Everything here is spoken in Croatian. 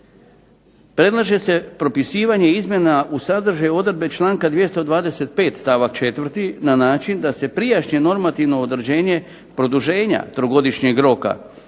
predlaže se propisivanje izmjena u sadržaju odredbe članka 225. stavak 4. na način da se prijašnje normativno određenje produženja trogodišnjeg roka